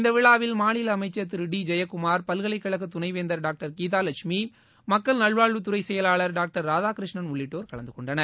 இந்த விழாவில் மாநில அமைச்ச் திரு டி ஜெயகுமார் பல்கலைக்கழக துணை வேந்தர் டாக்டர் கீதா லட்சுமி மக்கள் நலவாழ்வுத் துறை செயவாளர் டாக்டர் ராதாகிருஷ்ணன் உள்ளிட்டோர் கலந்துக்கொண்டனர்